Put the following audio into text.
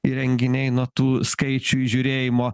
įrenginiai nuo tų skaičių įžiūrėjimo